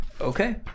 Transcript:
Okay